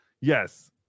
Yes